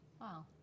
Wow